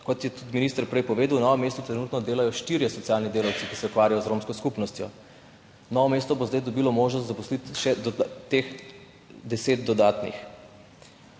Kot je tudi minister prej povedal, v Novem mestu trenutno delajo štirje socialni delavci, ki se ukvarjajo z romsko skupnostjo. Novo mesto bo zdaj dobilo možnost zaposliti še teh deset dodatnih.